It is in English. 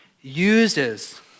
uses